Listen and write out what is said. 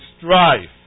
strife